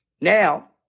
Now